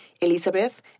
Elizabeth